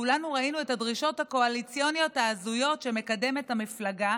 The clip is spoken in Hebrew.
כולנו ראינו את הדרישות הקואליציוניות ההזויות שמקדמת המפלגה